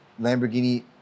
Lamborghini